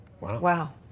wow